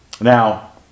Now